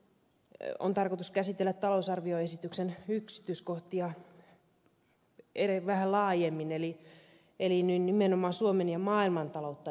nyt on tarkoitus käsitellä talousarvioesityksen yksityiskohtia vähän laajemmin eli nimenomaan suomen taloutta ja maailmantaloutta yleisemmin